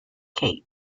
cape